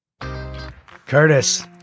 Curtis